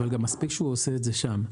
אבל מספיק שהוא עושה את זה שם.